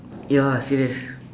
ya serious